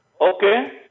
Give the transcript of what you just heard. Okay